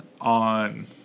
on